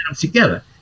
together